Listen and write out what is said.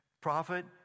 prophet